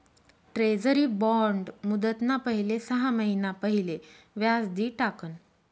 treasury bond मुदतना पहिले सहा महिना पहिले व्याज दि टाकण